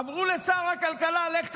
אמרו לשר הכלכלה: לך,